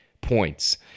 points